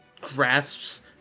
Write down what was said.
grasps